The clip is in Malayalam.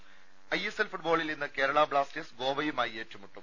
ദേദ ഐഎസ്എൽ ഫുട്ബോളിൽ ഇന്ന് കേരളാ ബ്ലാസ്റ്റേഴ്സ് ഗോവയുമായി ഏറ്റുമുട്ടും